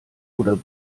oder